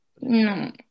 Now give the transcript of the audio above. no